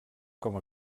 com